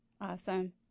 Awesome